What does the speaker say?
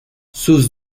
sus